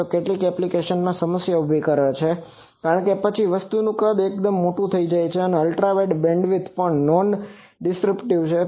તો કેટલીક એપ્લિકેશનોમાં તે સમસ્યા ઉભી કરે છે કારણ કે પછી વસ્તુનું કદ એકદમ મોટું થઈ જાય છેઅલ્ટ્રા વાઇડબેન્ડ પણ નોન ડીસ્પરટીવ છે